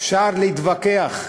אפשר להתווכח.